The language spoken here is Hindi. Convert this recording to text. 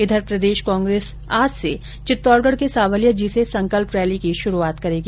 इधर प्रदेश कांग्रेस आज से चित्तौडगढ के सांवलिया जी से संकल्प रैली की शुरूआत करेगी